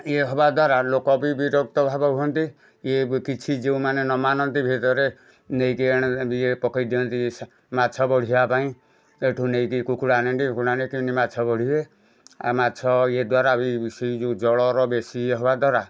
ଇଏ ହେବା ଦ୍ୱାରା ଲୋକ ବି ବିରକ୍ତ ଭାବ ହୁଅନ୍ତି ଇଏ କିଛି ଯେଉଁମାନେ ନ ମାନନ୍ତି ଭେଦରେ ନେଇକି ଇଏ ପକେଇଦିଅନ୍ତି ମାଛ ବଢ଼ିବା ପାଇଁ ଏଠୁ ନେଇକି କୁକୁଡ଼ା ନେଣ୍ଡି କେମିତି ମାଛ ବଢ଼ିବେ ଆ ମାଛ ଇଏ ଦ୍ୱାରା ବି ସେଇ ଯେଉଁ ଜଳର ବେଶୀ ହେବା ଦ୍ୱାରା